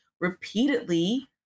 repeatedly